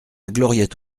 gloriette